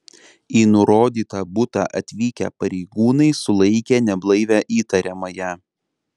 į nurodytą butą atvykę pareigūnai sulaikė neblaivią įtariamąją